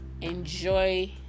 Enjoy